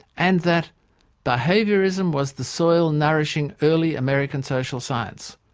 and that behaviourism was the soil nourishing early american social science.